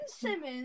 Simmons